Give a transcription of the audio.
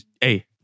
Hey